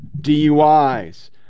DUIs